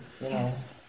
Yes